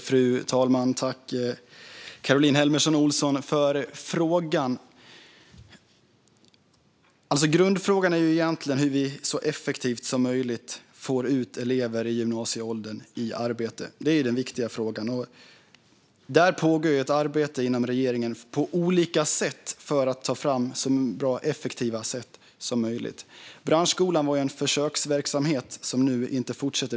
Fru talman! Tack, Caroline Helmersson Olsson, för frågan! Grundfrågan är egentligen hur vi så effektivt som möjligt får ut elever i gymnasieåldern i arbete. Det är den viktiga frågan, och där pågår ett arbete inom regeringen med att ta fram så effektiva sätt som möjligt. Branschskolan var en försöksverksamhet som nu inte fortsätter.